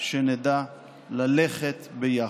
שנדע ללכת ביחד.